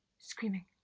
screaming!